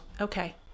Okay